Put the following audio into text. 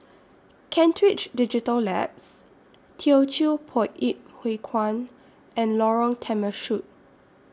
Kent Ridge Digital Labs Teochew Poit Ip Huay Kuan and Lorong Temechut